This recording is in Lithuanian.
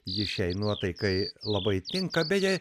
ji šiai nuotaikai labai tinka beje